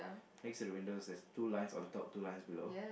next to the windows there's two lines on top two lines below